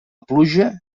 pluja